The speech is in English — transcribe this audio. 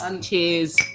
cheers